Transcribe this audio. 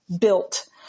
built